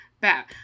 bad